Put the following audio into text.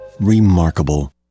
Remarkable